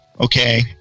Okay